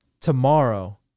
Tomorrow